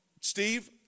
Steve